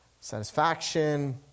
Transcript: satisfaction